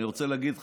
אני רוצה להגיד לך,